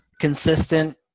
consistent